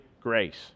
grace